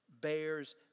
bears